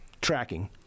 tracking